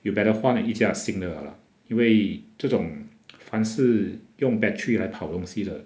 you better 换一架新的 liao lah 因为这种凡是用 battery 来跑东西的